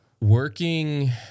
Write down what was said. Working